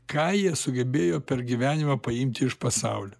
ką jie sugebėjo per gyvenimą paimti iš pasaulio